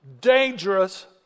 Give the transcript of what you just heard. dangerous